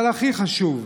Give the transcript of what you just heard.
אבל הכי חשוב,